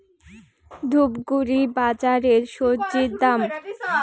ধূপগুড়ি বাজারের স্বজি দাম?